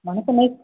வணக்கம் மிஸ்